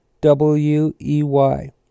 W-E-Y